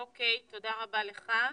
אוקיי, תודה רבה לך.